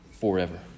forever